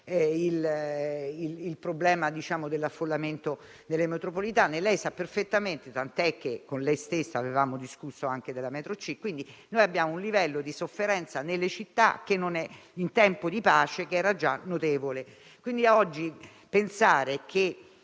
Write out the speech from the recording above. il problema dell'affollamento delle metropolitane che lei conosce perfettamente, tant'è che con lei avevamo discusso anche della metro C. Quindi, abbiamo un livello di sofferenza nelle città che in tempo di pace era già notevole. Oggi pensare che